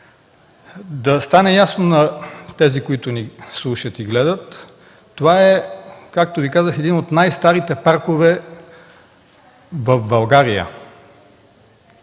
да стане ясно на тези, които ни слушат и гледат – както Ви казах, това е един от най-старите паркове в България